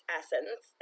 essence